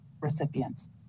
recipients